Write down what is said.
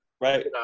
Right